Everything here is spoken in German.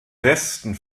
westen